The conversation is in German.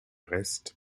rest